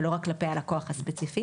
ולא כלפי הלקוח הספציפי